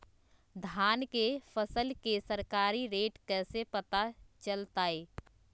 धान के फसल के सरकारी रेट कैसे पता चलताय?